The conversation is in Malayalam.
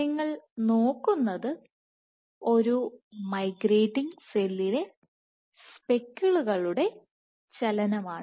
നിങ്ങൾ നോക്കുന്നത് ഒരു മൈഗ്രേറ്റിംഗ് സെല്ലിലെ സ്പെക്കിളുകളുടെ ചലനമാണ്